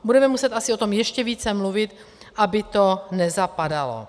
Budeme muset asi o tom ještě více mluvit, aby to nezapadalo.